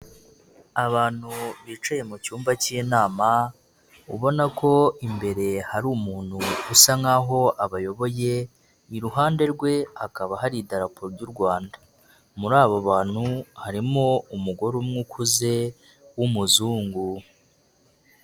Abantu bicaye mu cyumba cy'inama ubona ko imbere hari umuntu usa nkaho abayoboye iruhande rwe hakaba hari da raporo ry'u Rwanda, muri abo bantu harimo umugore umwe ukuze w'umuzungu.